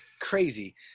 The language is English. crazy